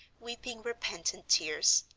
weeping repentant tears.